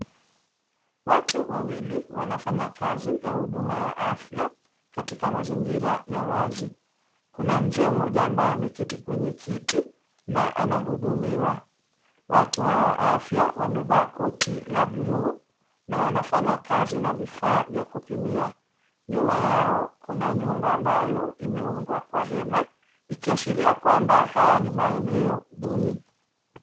Watu wawili wanafanya kazi ya huduma ya afya katika mazingira ya wazi. Kuna mzee mmoja ambaye ameketi kwenye kiti na ana hudumiwa, watu hawa wa afya wamevaa koti la bluu na wanafanya kazi na vifaa vya kupimia. Nyuma yao kuna nyumba ambayo imeundwa kwa hema ikiashiria kwamba haya ni maeneo duni.